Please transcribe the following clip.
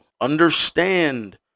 understand